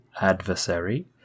adversary